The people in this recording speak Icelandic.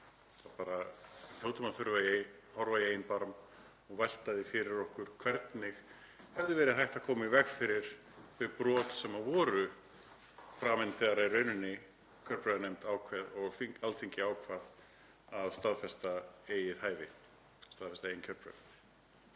einhverjar. Við hljótum að þurfa að líta í eigin barm og velta því fyrir okkur hvernig það hefði verið hægt að koma í veg fyrir þau brot sem voru framin þegar í rauninni kjörbréfanefnd ákvað og Alþingi ákvað að staðfesta eigið hæfi, staðfesta eigin kjörbréf.